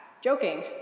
joking